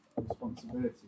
Responsibility